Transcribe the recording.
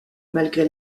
malgré